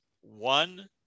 One